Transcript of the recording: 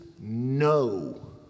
no